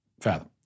fathom